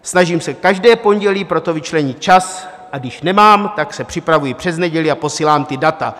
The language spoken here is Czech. Snažím se každé pondělí pro to vyčlenit čas, a když nemám, tak se připravuji přes neděli a posílám ta data.